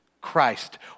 Christ